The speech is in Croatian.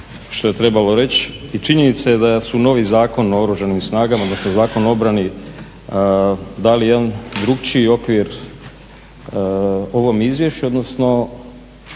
što je trebalo reći i činjenica je da su novi Zakon o Oružanim snagama odnosno Zakon o obrani dali jedan drukčiji okvir ovom izvješću, odnosno